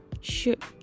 shoot